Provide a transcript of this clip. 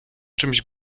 czymś